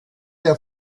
der